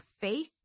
faith